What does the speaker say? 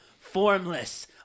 formless